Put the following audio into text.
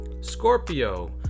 Scorpio